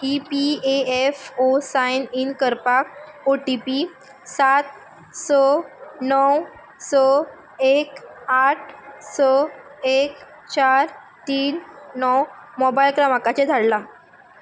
E P A F O sign in करपाक O T P सात स णव स एक आठ स एक चार तीन णव मोबायल क्रमांकाचेर धाडला